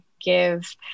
give